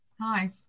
Hi